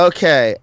Okay